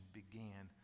began